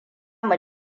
mu